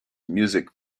music